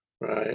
right